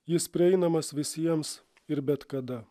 jis prieinamas visiems ir bet kada